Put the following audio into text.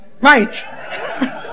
Right